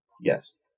yes